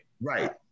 right